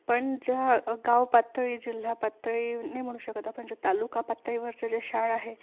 पण ज्या गाव पातळी जिल्हा पातळी नाही म्हणू शकत आपण जे तालुका पातळीवरचे जे शाळा आहे